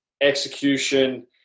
execution